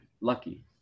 lucky